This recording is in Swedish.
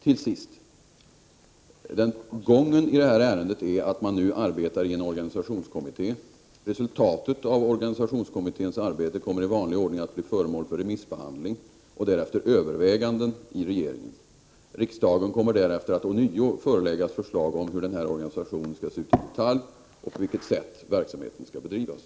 Till sist: Gången i detta ärende är att man nu arbetar i en organisationskommitté. Resultatet av organisationskommitténs arbete kommer i vanlig ordning att bli föremål för remissbehandling och därefter överväganden i regeringen. Riksdagen kommer sedan att ånyo föreläggas förslag om hur den här organisationen skall se ut i detalj och på vilket sätt verksamheten skall bedrivas.